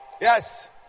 Yes